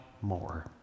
more